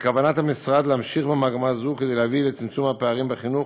בכוונת המשרד להמשיך במגמה זו כדי להביא לצמצום הפערים בחינוך,